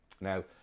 Now